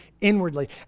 inwardly